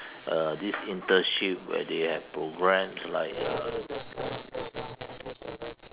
uh this internship where they have programs like uh